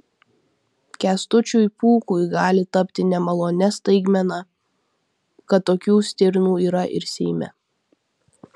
kęstučiui pūkui gali tapti nemalonia staigmena kad tokių stirnų yra ir seime